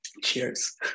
Cheers